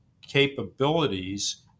capabilities